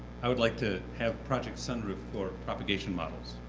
i would like to have project sunroof for propagation models.